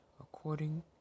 according